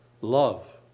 Love